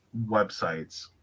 websites